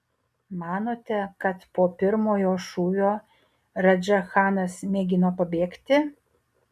manote kad po pirmojo šūvio radža chanas mėgino pabėgti